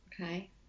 okay